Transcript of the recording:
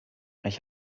ich